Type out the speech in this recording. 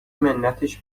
منتش